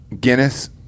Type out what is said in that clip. Guinness